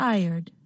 Tired